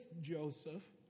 Joseph